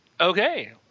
Okay